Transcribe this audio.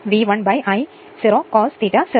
അതുപോലെ X m V1 I m ആയിരിക്കും